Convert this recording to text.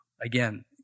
Again